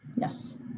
Yes